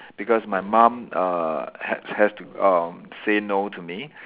because my mum uh has has to um say no to me